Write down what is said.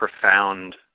profound